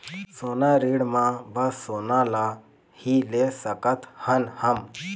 सोना ऋण मा बस सोना ला ही ले सकत हन हम?